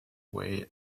way